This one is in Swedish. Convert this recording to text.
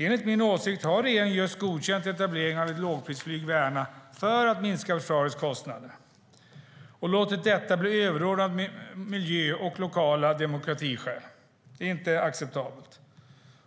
Enligt min åsikt har regeringen just godkänt etablering av ett lågprisflyg vid Ärna för att minska försvarets kostnader och låtit detta bli överordnat miljöskäl och lokala demokratiskäl. Det är inte acceptabelt.